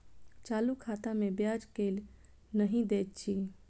चालू खाता मे ब्याज केल नहि दैत अछि